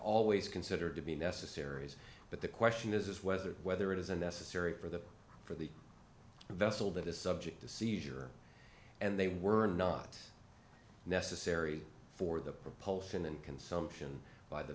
always considered to be necessaries but the question is whether whether it is unnecessary for the for the vessel that is subject to seizure and they were not necessary for the propulsion and consumption by the